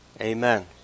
Amen